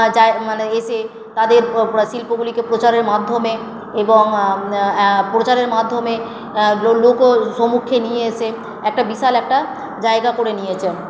যায় মানে এসে তাদের শিল্পগুলিকে প্রচারের মাধ্যমে এবং প্রচারের মাধ্যমে লৌক সসম্মুখে নিয়ে এসে একটা বিশাল একটা জায়গা করে নিয়েছেন